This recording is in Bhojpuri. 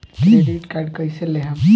क्रेडिट कार्ड कईसे लेहम?